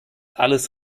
alles